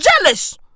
jealous